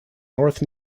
north